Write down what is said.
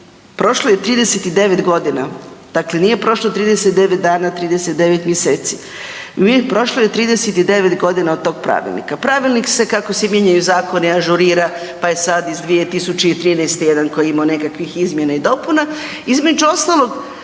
prošlo je 39 godina, dakle nije prošlo 39 dana, 39 mjeseci, prošlo je 39 godina od tog pravilnika. Pravilnik se kako se mijenjaju zakoni ažurira pa je sad iz 2013. jedan koji je imao nekakvih izmjena i dopuna. Između ostalog